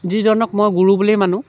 যিজনক মই গুৰু বুলিয়ে মানো